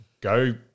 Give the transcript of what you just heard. go